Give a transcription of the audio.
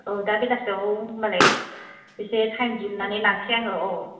औ दा बेलासेआव होनबा लाय एसे थायम दिहुननानै लांसै आङो औ